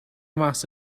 محض